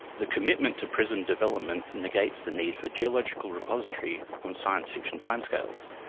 the commitment to prism development negates the need for geological repository on science fiction time scales.